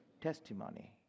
Testimony